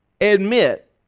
admit